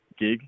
gig